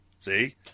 See